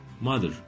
Mother